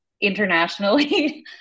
internationally